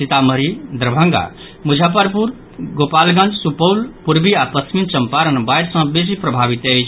सीतामढ़ी दरभंगा मुजफ्फरपुर गोपालगंज सुपौल पूर्वी आ पश्चिमी चंपारण बाढ़ि सँ बेसी प्रभावित अछि